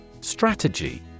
Strategy